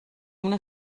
una